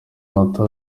munota